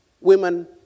women